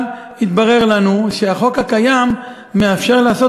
אבל התברר לנו שהחוק הקיים מאפשר לעשות